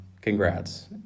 congrats